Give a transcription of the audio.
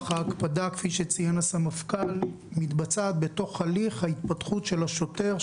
כפי שציין המפכ"ל ההקפדה מתבצעת בתוך הליך ההתפתחות של השוטר,